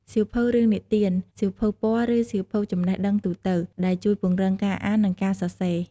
សៀវភៅរឿងនិទាន សៀវភៅពណ៌ ឬសៀវភៅចំណេះដឹងទូទៅ ដែលជួយពង្រឹងការអាន និងការសរសេរ។